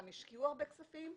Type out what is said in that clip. שגם השקיעו הרבה כספים.